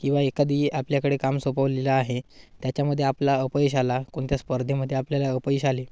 किंवा एखादी आपल्याकडे काम सोपवलेलं आहे त्याच्यामध्ये आपला अपयश आला कोणत्या स्पर्धेमध्ये आपल्याला अपयश आले